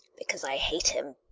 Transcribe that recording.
because i hate him.